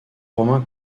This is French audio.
romain